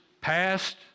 passed